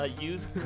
Use